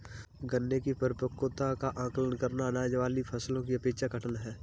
गन्ने की परिपक्वता का आंकलन करना, अनाज वाली फसलों की अपेक्षा कठिन है